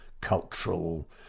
cultural